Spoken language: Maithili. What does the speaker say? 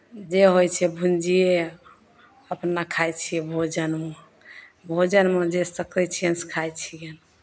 जे होइ छै भुजिये अपना खाइ छियै भोजनमे भोजनमे जे सकै छियन से खाइ छियनि